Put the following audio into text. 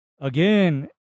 again